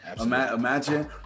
imagine